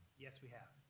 yes, we have.